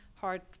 hard